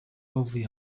bavuye